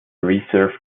reserve